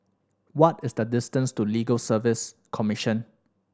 what is the distance to Legal Service Commission